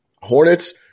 Hornets